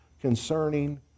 concerning